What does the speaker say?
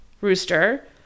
Rooster